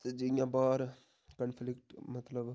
ते जियां बाह्र कंफलिक्ट मतलब